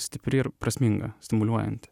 stipri ir prasminga stimuliuojanti